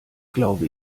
glaube